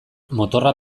motorra